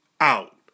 Out